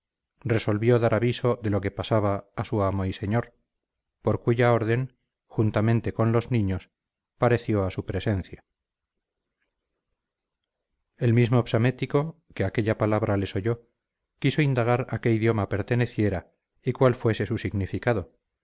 resolvió dar aviso de lo que pasaba a su amo y señor por cuya orden juntamente con los niños pareció a su presencia el mismo psamético que aquella palabra les oyó quiso indagar a qué idioma perteneciera y cuál fuese su significado